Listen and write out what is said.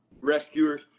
rescuers